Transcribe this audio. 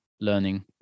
learning